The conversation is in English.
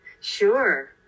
sure